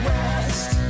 West